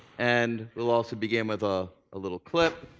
and we'll also begin with a little clip.